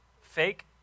Fake